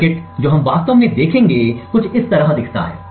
circuit जो हम वास्तव में देखेंगे कुछ इस तरह दिखता है